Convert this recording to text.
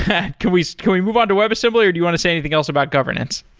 can we can we move on to web assembly or do you want to say anything else about governance?